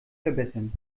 verbessern